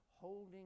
holding